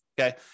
okay